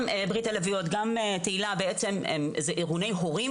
ברית הלביאות וגם תהל"ה הם ארגוני הורים